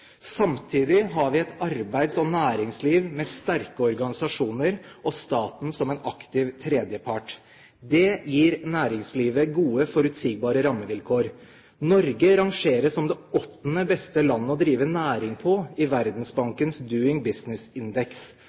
Samtidig har vi et arbeids- og næringsliv med sterke organisasjoner, og staten som en aktiv tredjepart. Det gir næringslivet gode, forutsigbare rammevilkår. Norge rangeres som det åttende beste landet å drive næring i på Verdensbankens «Doing Business»-index. Norge er altså i